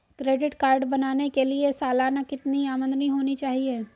Credit card बनाने के लिए सालाना कितनी आमदनी होनी चाहिए?